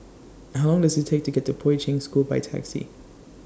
How Long Does IT Take to get to Poi Ching School By Taxi